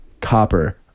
Copper